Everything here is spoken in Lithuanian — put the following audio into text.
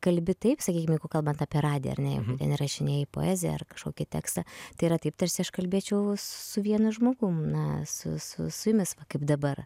kalbi taip sakykim jeigu kalbant apie radiją ar ne jeigu ten įrašinėji poeziją ar kažkokį tekstą tai yra taip tarsi aš kalbėčiau su vienu žmogum na su su su jumis kaip dabar